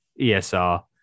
ESR